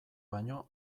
baino